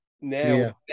now